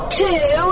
two